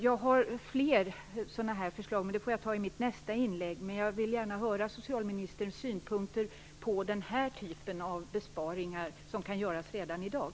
Jag har fler förslag, men dem får jag ta upp i mitt nästa inlägg. Jag vill gärna höra socialministerns synpunkter på den här typen av besparingar som kan göras redan i dag.